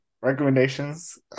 recommendations